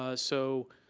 ah so,